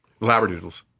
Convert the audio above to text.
Labradoodles